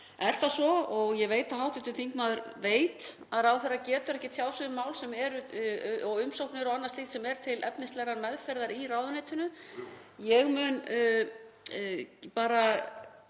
er það svo og ég veit að hv. þingmaður veit það, að ráðherra getur ekki tjáð sig um mál og umsóknir og annað slíkt sem er til efnislegrar meðferðar í ráðuneytinu. Ég mun bara